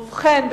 ובכן,